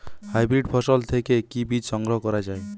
Hybrid ফসল থেকে কি বীজ সংগ্রহ করা য়ায়?